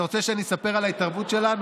אתה רוצה שאני אספר על ההתערבות שלנו?